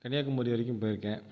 கன்னியாகுமரி வரைக்கும் போய்ருக்கேன்